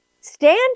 Stand